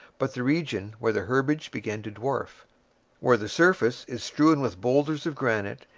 but the region where the herbage began to dwarf where the surface is strewn with boulders of granite,